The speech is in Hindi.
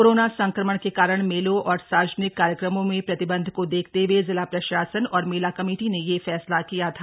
कोरोना संक्रमण के कारण मेलों और सार्वजनिक कार्यक्रमों में प्रतिबंध को देखते हए जिला प्रशासन और मेला कमेटी ने यह फैसला किया था